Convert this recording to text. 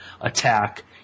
attack